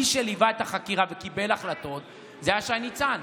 מי שליווה את החקירה וקיבל ההחלטות זה היה שי ניצן.